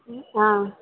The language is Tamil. ம் ஆ